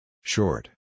Short